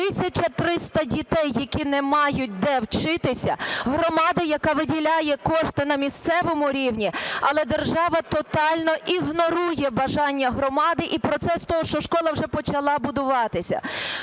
300 дітей, які не мають, де вчитися, громада, яка виділяє кошти на місцевому рівні, але держава тотально ігнорує бажання громади і процес того, що школа вже почала будуватися.